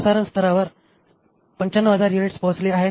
प्रसारण स्तरावर 95000 युनिट्स पोहोचली आहेत